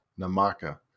Namaka